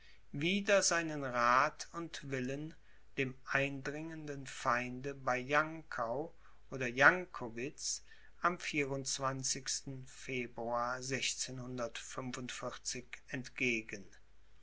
wider seinen rath und willen dem eindringenden feinde bei jankau oder jankowitz am februar entgegen